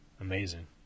Amazing